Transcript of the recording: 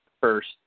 first